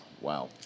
Wow